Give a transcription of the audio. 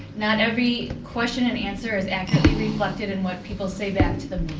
not every question and answer is accurately reflected in what people say back to the